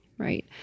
Right